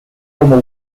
como